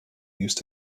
used